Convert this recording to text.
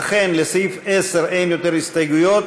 לסעיף 10 אין יותר הסתייגויות.